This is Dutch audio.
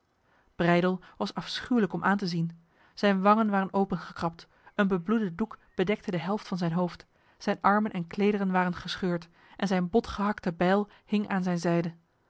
breydel was afschuwelijk om aan te zien zijn wangen waren opengekrabd een bebloede doek bedekte de helft van zijn hoofd zijn armen en klederen waren gescheurd en zijn botgehakte bijl hing aan zijn zijde